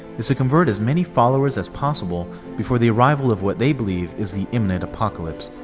is to convert as many followers as possible before the arrival of what they believe is the immanent apocalypse.